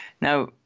Now